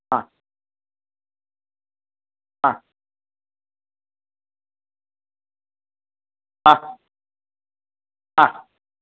हा हा हा हा